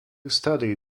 study